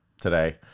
today